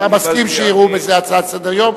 אתה מסכים שיראו בזה הצעה לסדר-היום?